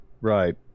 Right